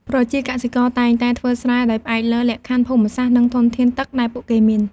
ប្រជាកសិករតែងតែធ្វើស្រែដោយផ្អែកលើលក្ខខណ្ឌភូមិសាស្ត្រ និងធនធានទឹកដែលពួកគេមាន។